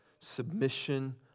submission